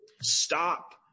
Stop